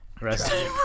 Rest